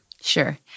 Sure